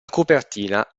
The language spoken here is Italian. copertina